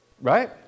right